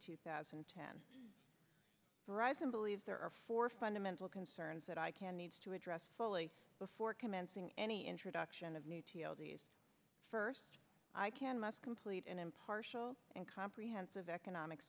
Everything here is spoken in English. two thousand and ten bryson believes there are four fundamental concerns that icann needs to address fully before commencing any introduction of new t l d's first icann must complete an impartial and comprehensive economic